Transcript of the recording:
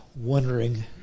wondering